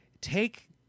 take